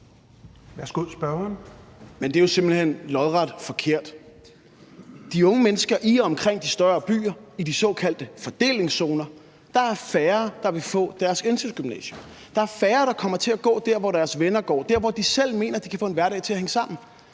10:12 Morten Dahlin (V): Det er jo simpelt hen lodret forkert. I forhold til de unge mennesker i og omkring de større byer i de såkaldte fordelingszoner er der færre, der vil få deres ønskegymnasium. Der er færre, der kommer til at gå der, hvor deres venner går, der, hvor de selv mener de kan få en hverdag til at hænge sammen.